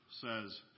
says